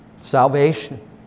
salvation